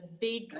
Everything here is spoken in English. big